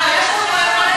יש לנו עכשיו יכולת